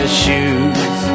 shoes